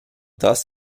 dust